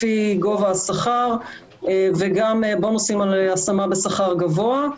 לפי גובה השכר וגם בונוסים על השמה בשכר גבוה.